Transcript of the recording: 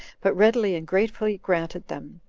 but readily and gratefully granted them.